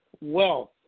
wealth